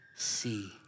See